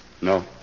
No